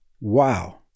Wow